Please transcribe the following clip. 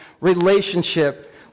relationship